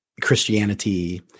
Christianity